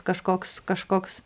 kažkoks kažkoks